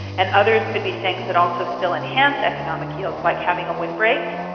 and others could be things that also still enhance economic yields, like having a windbreak.